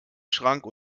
schrank